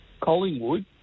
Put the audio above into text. Collingwood